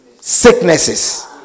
sicknesses